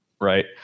Right